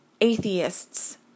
atheists